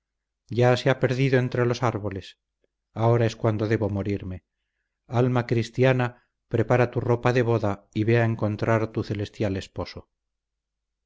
ya se ha perdido entre los árboles ahora es cuando debo morirme alma cristiana prepara tu ropa de boda y ve a encontrar tu celestial esposo